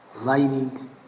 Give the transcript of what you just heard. lighting